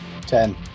Ten